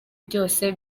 byose